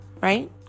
right